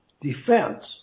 Defense